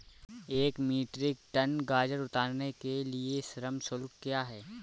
एक metric tonne गाजर उतारने के लिए श्रम शुल्क क्या है?